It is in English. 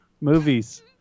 movies